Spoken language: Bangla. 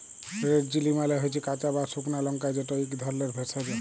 রেড চিলি মালে হচ্যে কাঁচা বা সুকনা লংকা যেট ইক ধরলের ভেষজ